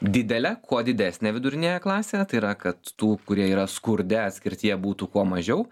didelę kuo didesnę viduriniąją klasę tai yra kad tų kurie yra skurde atskirtyje būtų kuo mažiau